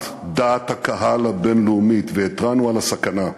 דעת הקהל הבין-לאומית והתרענו על הסכנה.